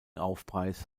aufpreis